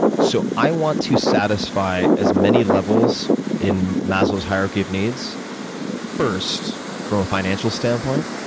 so i want to satisfy as many levels in maslow's hierarchy of needs first, from a financial standpoint,